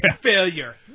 failure